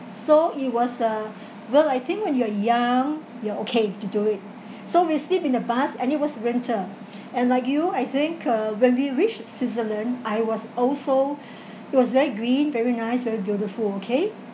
so it was a well I think when you're young you're okay to do it so we sleep in the bus and it was winter and like you I think uh when we reached switzerland I was also it was very green very nice very beautiful okay